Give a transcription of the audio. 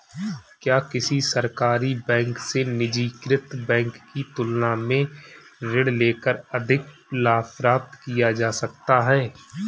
क्या किसी सरकारी बैंक से निजीकृत बैंक की तुलना में ऋण लेकर अधिक लाभ प्राप्त किया जा सकता है?